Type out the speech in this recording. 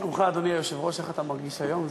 מה שלומך, אדוני היושב-ראש, איך אתה מרגיש היום?